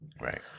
Right